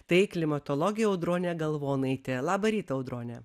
tai klimatologė audronė galvonaitė labą rytą audrone